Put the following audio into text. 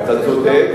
אתה צודק,